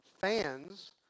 Fans